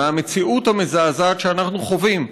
מהמציאות המזעזעת שאנחנו חווים,